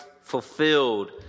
fulfilled